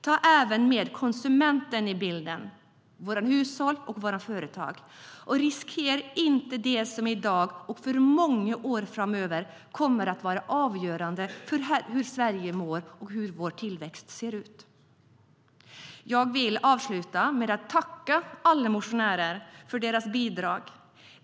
Ta även med konsumenten i bilden, våra hushåll och våra företag, och riskera inte det som i dag och för många år framöver kommer att vara avgörande för hur Sverige mår och hur vår tillväxt ser ut. Jag vill avsluta med att tacka alla motionärer för deras bidrag.